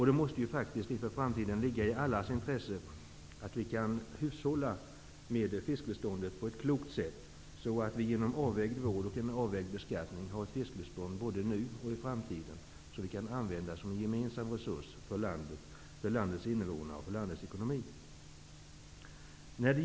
Det måste inför framtiden ligga i allas intresse att hushålla med fiskbeståndet på ett klokt sätt, så att vi genom en avvägd vård och beskattning får ett fiskbestånd både nu och i framtiden, som kan användas som en gemensam resurs för landet, för landets invånare och för landets ekonomi.